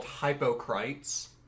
hypocrites